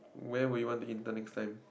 where will you want to intern next time